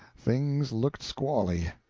things looked squally!